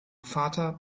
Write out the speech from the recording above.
vater